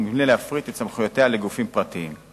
ובלי להפריט את סמכויותיה ולהעביר אותן לגופים פרטיים.